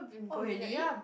oh really